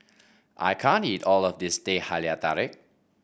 I can't eat all of this Teh Halia Tarik